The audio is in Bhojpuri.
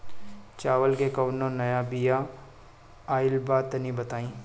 चावल के कउनो नया बिया आइल बा तनि बताइ?